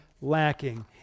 lacking